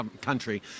country